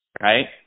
right